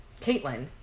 Caitlin